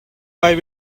why